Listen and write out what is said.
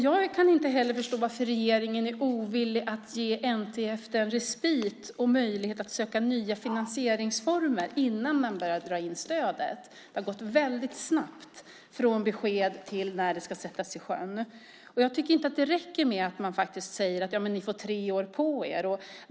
Jag kan inte heller förstå varför regeringen är ovillig att ge NTF respit och möjlighet att söka nya finansieringsformer innan man börjar dra in stödet. Det har gått väldigt snabbt från besked till att det ska sättas i sjön. Jag tycker faktiskt inte att det räcker att man säger: Ja, men ni får tre år på er.